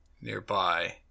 nearby